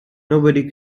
nobody